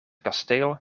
kasteel